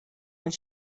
when